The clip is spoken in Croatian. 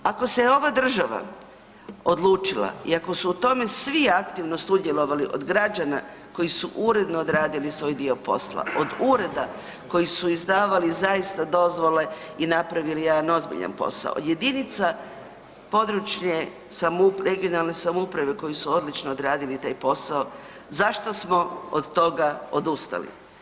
Ako se ova država odlučila i ako su u tome svi aktivno sudjelovali, od građana koji su uredno odradili svoj dio posla, od ureda koji su izdavali zaista dozvole i napravili jedan ozbiljan posao, jedinica područne .../nerazumljivo/... regionalne samouprave koje su odlično odradili taj posao, zašto smo od toga odustali.